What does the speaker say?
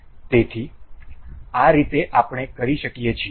તેથી આ રીતે આપણે કરી શકીએ છીએ